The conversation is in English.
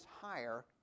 higher